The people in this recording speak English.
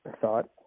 thought